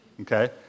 okay